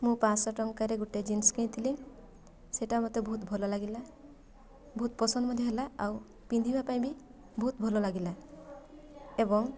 ମୁଁ ପାଞ୍ଚଶହ ଟଙ୍କାରେ ଗୋଟେ ଜିନ୍ସ୍ କିଣିଥିଲି ସେଇଟା ମୋତେ ବହୁତ ଭଲ ଲାଗିଲା ବହୁତ ପସନ୍ଦ ମଧ୍ୟ ହେଲା ଆଉ ପିନ୍ଧିବା ପାଇଁ ବି ବହୁତ ଭଲ ଲାଗିଲା ଏବଂ